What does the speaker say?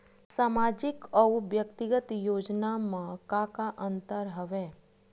सामाजिक अउ व्यक्तिगत योजना म का का अंतर हवय?